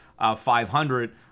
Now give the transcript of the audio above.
500